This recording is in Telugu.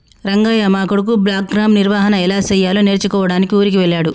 రంగయ్య మా కొడుకు బ్లాక్గ్రామ్ నిర్వహన ఎలా సెయ్యాలో నేర్చుకోడానికి ఊరికి వెళ్ళాడు